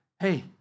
hey